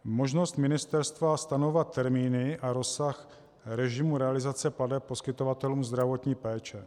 Možnost ministerstva stanovovat termíny a rozsah režimu realizace plateb poskytovatelům zdravotní péče.